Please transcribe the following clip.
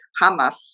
Hamas